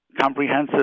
comprehensive